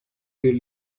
bir